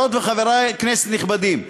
חברות וחברי כנסת נכבדים,